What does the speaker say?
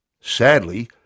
Sadly